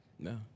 No